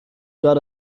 got